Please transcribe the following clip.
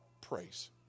praise